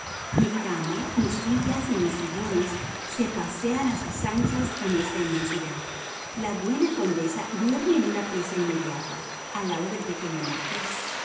mi cama mis sillas y mis sillones se pasean a sus anchas en esta inmensidad la buena condesa duerme en una pieza inmediata al lado del pequeño marqués